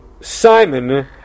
Simon